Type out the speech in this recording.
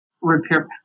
repair